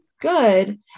good